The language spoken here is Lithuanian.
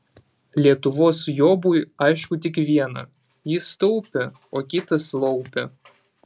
lietuvos jobui aišku tik viena jis taupė o kitas laupė